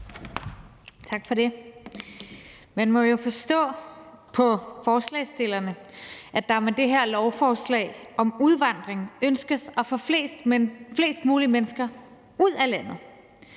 Tak for det. Man må jo forstå på forslagsstillerne, at der med det her lovforslag om udvandring ønskes at få flest mulige mennesker ud af landet.